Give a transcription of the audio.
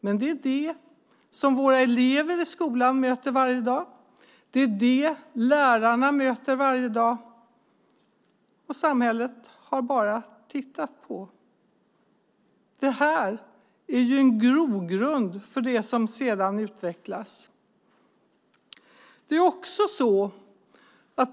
Men det är det som våra elever i skolan möter varje dag. Det är det som lärarna möter varje dag. Och samhället har bara tittat på. Det här är en grogrund för det som sedan utvecklas.